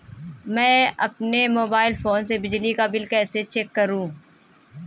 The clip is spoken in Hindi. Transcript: मैं अपने मोबाइल फोन से बिजली का बिल कैसे चेक करूं?